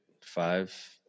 five